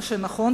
מה שנכון,